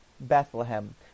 Bethlehem